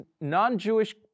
non-Jewish